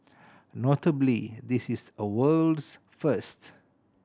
notably this is a world's first